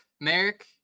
Merrick